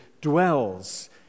dwells